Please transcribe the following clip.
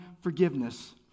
forgiveness